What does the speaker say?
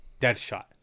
Deadshot